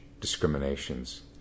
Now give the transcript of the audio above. discriminations